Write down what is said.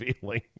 feeling